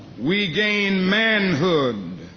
we gained manhood